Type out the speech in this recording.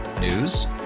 News